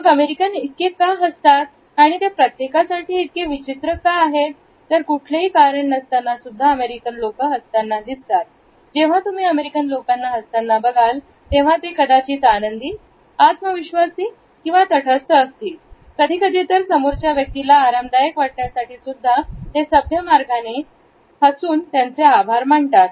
मग अमेरिकन इतके का हसतात आणि ते प्रत्येकासाठी इतके विचित्र का आहेत तर कुठलेही कारण नसताना सुद्धा अमेरिकन लोक हसताना दिसतात जेव्हा तुम्ही अमेरिकन लोकांना हसताना बघाल तेव्हा ते कदाचित आनंदी आत्मविश्वासी किंवा तटस्थ असतील कधी कधी तर समोरच्या व्यक्तीला आरामदायक वाटण्यासाठी सुद्धा ते सभ्य मार्गाने हा अजून त्यांचे आभार मानतात